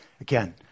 Again